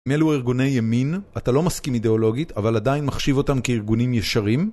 מי אלו ארגוני ימין? אתה לא מסכים אידיאולוגית, אבל עדיין מחשיב אותם כארגונים ישרים?